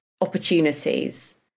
opportunities